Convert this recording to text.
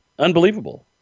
Unbelievable